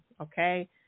okay